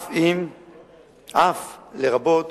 לרבות